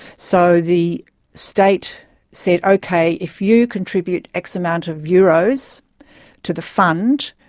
so the state said, ok, if you contribute x amount of euros to the fund,